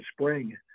spring